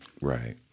Right